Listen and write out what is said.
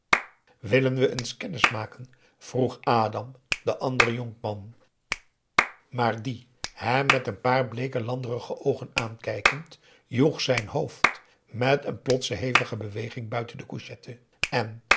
willen we eens kennis maken vroeg adam den anderen jonkman maar die hem met een paar bleeke landerige oogen aankijkend joeg zijn hoofd met een plotse hevige beweging buiten de couchette en